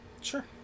Sure